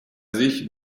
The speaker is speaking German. sich